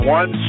one